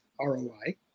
ROI